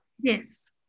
Yes